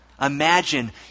imagine